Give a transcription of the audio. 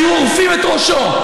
היו עורפים את ראשו.